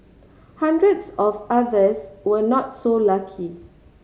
hundreds of others were not so lucky